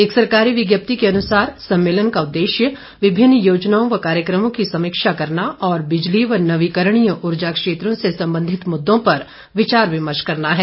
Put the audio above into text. एक सरकारी विज्ञप्ति के अनुसार सम्मेलन का उद्देश्य विभिन्न योजनाओं व कार्यक्रमों की समीक्षा करना और बिजली व नवीकरणीय ऊर्जा क्षेत्रों से संबंधित मुद्दों पर विचार विमर्श करना है